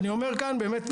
אני אומר כאן באמת,